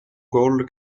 gol